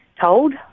told